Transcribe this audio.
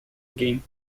game